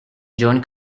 john